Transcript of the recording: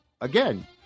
Again